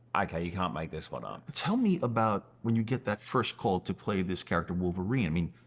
ok, you can't make this one up. tell me about when you get that first call to play this character wolverine. i mean,